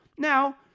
Now